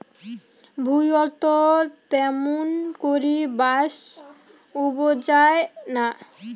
ভুঁইয়ত ত্যামুন করি বাঁশ উবজায় না